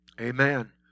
Amen